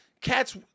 cats